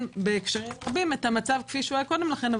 בהקשרים רבים את המצב כפי שהיה קודם לכן,